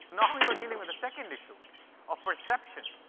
now you're dealing with the second issue of perception.